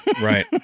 Right